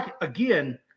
again